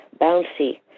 bouncy